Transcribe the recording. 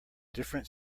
different